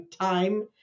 time